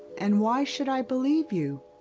and why should i believe you?